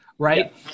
right